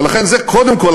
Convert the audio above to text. ולכן זה קודם כול,